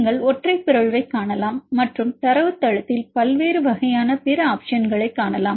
நீங்கள் ஒற்றை பிறழ்வைக் காணலாம் மற்றும் தரவுத்தளத்தில் பல்வேறு வகையான பிற ஆப்ஷன்களைக் காணலாம்